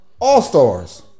All-Stars